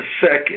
second